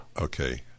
Okay